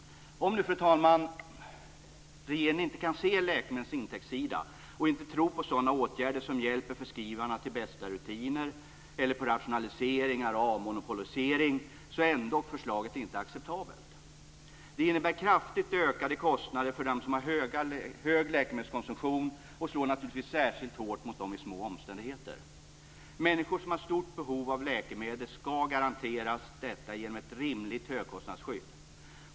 Om nu regeringen, fru talman, inte kan se läkemedlens intäktssida och inte tror på sådana åtgärder som hjälper förskrivarna till bästa rutiner, rationaliseringar och avmonopolisering så är ändock förslaget inte acceptabelt. Det innebär kraftigt ökade kostnader för dem som har en hög läkemedelskonsumtion och slår naturligtvis särskilt hårt mot dem i små omständigheter. Människor som har stort behov av läkemedel skall garanteras detta genom ett rimligt högkostnadsskydd.